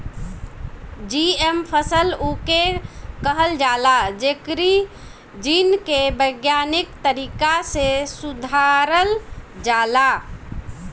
GM फसल उके कहल जाला जेकरी जीन के वैज्ञानिक तरीका से सुधारल जाला